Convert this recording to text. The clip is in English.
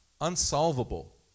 unsolvable